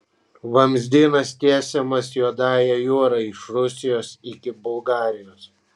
vamzdynas tiesiamas juodąja jūra iš rusijos iki bulgarijos